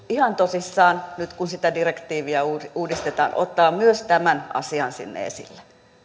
ihan tosissaan nyt kun sitä direktiiviä uudistetaan ottaa myös tämän asian sinne esille